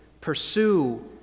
pursue